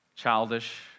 Childish